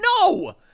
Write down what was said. no